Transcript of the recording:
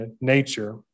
nature